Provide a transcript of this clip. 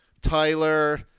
Tyler